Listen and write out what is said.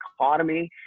economy